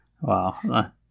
Wow